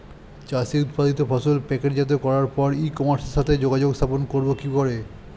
চাষের উৎপাদিত ফসল প্যাকেটজাত করার পরে ই কমার্সের সাথে যোগাযোগ স্থাপন করব কি করে?